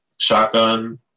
shotgun